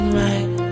right